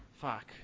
Fuck